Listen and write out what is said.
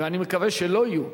ואני מקווה שלא יהיו,